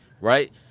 right